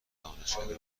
دانشکده